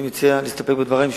אני מציע להסתפק בדברים שלי.